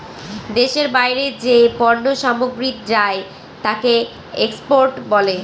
দেশের বাইরে যে পণ্য সামগ্রী যায় তাকে এক্সপোর্ট বলে